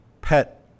pet